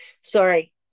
sorry